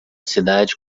cidade